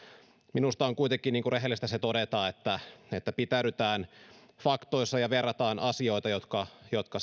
minusta on kuitenkin rehellistä se todeta pitäydytään faktoissa ja verrataan asioita jotka jotka